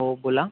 हो बोला